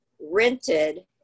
rented